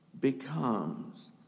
becomes